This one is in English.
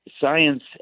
Science